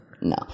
No